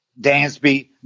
Dansby